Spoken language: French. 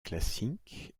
classique